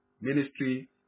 ministry